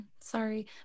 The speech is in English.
sorry